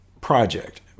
project